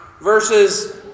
versus